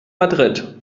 madrid